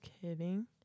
kidding